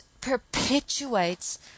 perpetuates